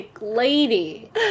lady